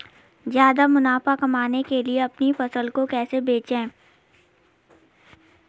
ज्यादा मुनाफा कमाने के लिए अपनी फसल को कैसे बेचें?